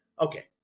okay